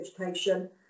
education